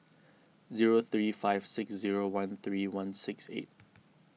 zero three five six zero one three one six eight